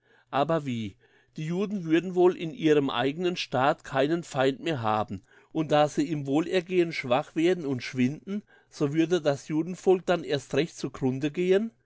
aber wie die juden würden wohl in ihrem eigenen staat keinen feind mehr haben und da sie im wohlergehen schwach werden und schwinden so würde das judenvolk dann erst recht zu grunde gehen